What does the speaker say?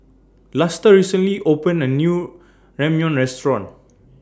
Luster recently opened A New Ramyeon Restaurant